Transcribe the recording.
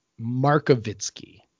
Markovitsky